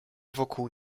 wokół